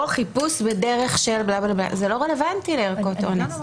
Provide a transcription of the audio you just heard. חיפוש ודרך --- זה לא רלוונטי לערכות אונס.